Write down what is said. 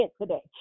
today